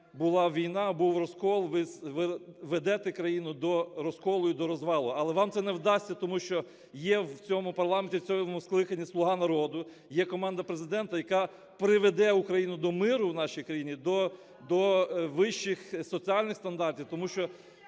була війна, був розкол, ви ведете країну до розколу і до розвалу. Але вам це не вдасться, тому що є в цьому парламенті, в цьому скликанні "Слуга народу", є команда Президента, яка приведе Україну до миру в нашій країні і до вищих соціальних стандартів. Тому що